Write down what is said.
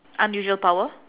unusual power